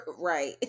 Right